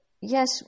yes